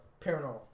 paranormal